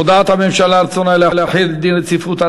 הודעת הממשלה על רצונה להחיל דין רציפות על